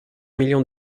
millions